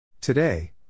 Today